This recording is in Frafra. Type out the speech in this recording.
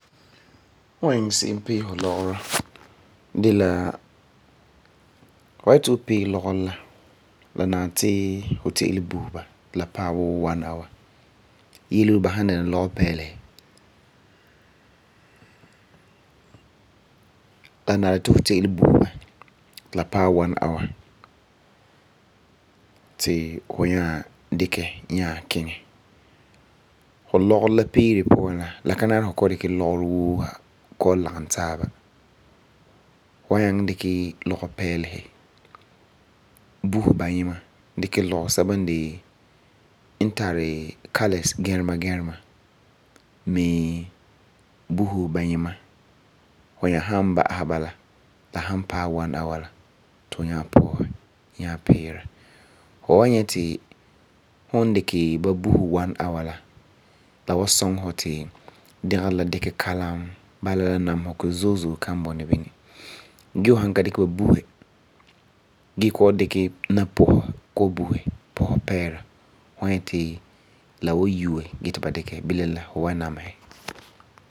Hu wan iŋɛ se'em pee hu lɔgerɔ de la, hu han yeti hu pee lɔgerɔ la, la nari ti hu te'ele buhe ba ti ba paɛ wuu 1 hour yeleyele wuu ba san dɛna lɔgepɛɛlesi. la nari ti hu te'ele buhe ba ti ba paɛ 1 hour ti hi nyaa dikɛ nyaa kiŋɛ. Hu lɔgerɔ la peere la puan la ka nari ti hu kɔ'ɔm lɔgerɔ woo ha kɔ'ɔm lagum taaba. Hu wan dikɛ lagepɛɛlesi buse bayima, dikɛ lɔgesɛba n tari colours gɛrema gɛrema mi buses bayima. Hu wan nyɛ ti hu dikɛ ba buhe 1 hour la, la wan suŋa fɔ ti dɛgerɔ la dikɛ kalam. bala la namesegɔ zo'e zo'e kan bɔna bini. Hu wan nyɛ ti la wan yue gee ti ba dikɛ, bilam la hu wa namesɛ.